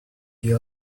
you